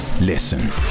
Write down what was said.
listen